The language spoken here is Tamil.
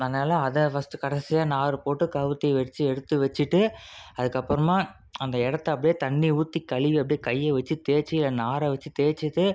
அதனாலே அதை ஃபஸ்ட்டு கடைசியாக நார் போட்டு கமுத்தி வச்சு எடுத்து வச்சுட்டு அதுக்கப்புறமா அந்த இடத்தை அப்படியே தண்ணி ஊற்றி கழுவி அப்படியே கையை வச்சு தேய்ச்சி நாரை வச்சு தேய்ச்சிட்டு